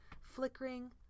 flickering